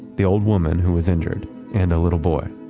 the old woman who was injured and a little boy.